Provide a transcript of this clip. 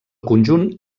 conjunt